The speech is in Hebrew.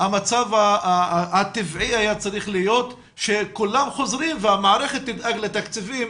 המצב הטבעי היה צריך להיות שכולם חוזרים והמערכת תדאג לתקציבים,